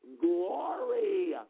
glory